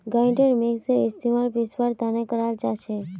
grinder मिक्सरेर इस्तमाल पीसवार तने कराल जाछेक